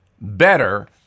better